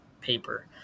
paper